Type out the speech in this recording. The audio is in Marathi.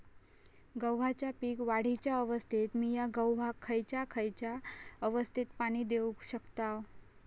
गव्हाच्या पीक वाढीच्या अवस्थेत मिया गव्हाक खैयचा खैयचा अवस्थेत पाणी देउक शकताव?